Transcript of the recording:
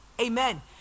Amen